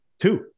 Two